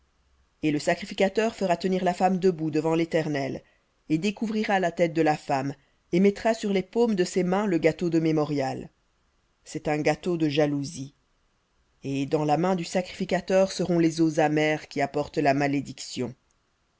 et le sacrificateur fera tenir la femme debout devant l'éternel et découvrira la tête de la femme et mettra sur les paumes de ses mains le gâteau de mémorial c'est un gâteau de jalousie et dans la main du sacrificateur seront les eaux amères qui apportent la malédiction